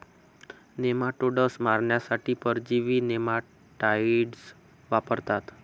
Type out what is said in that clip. nematodes मारण्यासाठी परजीवी nematicides वापरतात